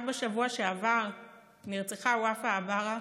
רק בשבוע שעבר נרצחה ופאא עבאהרה,